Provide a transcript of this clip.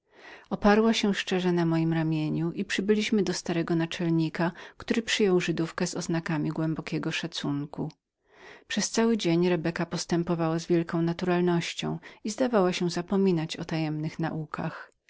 oparła się szczerze na mojem ramieniu i przybyliśmy do starego naczelnika który przyjął żydówkę z oznakami głębokiego szacunku przez cały dzień rebeka postępowała z wielką naturalnością i zdawała się zapominać o tajemniczych naukach